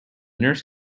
nurse